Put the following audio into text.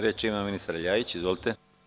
Reč ima ministar Ljajić, izvolite.